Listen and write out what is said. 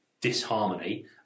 disharmony